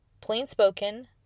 plain-spoken